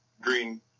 green